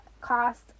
cost